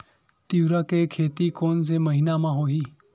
तीवरा के खेती कोन से महिना म होही?